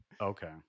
Okay